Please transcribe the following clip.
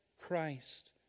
Christ